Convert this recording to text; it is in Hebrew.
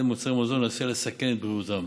במוצרי מזון עשויה לסכן את בריאותם: